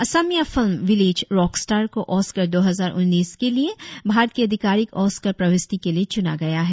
Asamiya film village rockstar को Oscar दो हजार उन्नीस के लिए भारत की आधिकारिक ओस्कर प्रविष्टि के लिए चुना गया है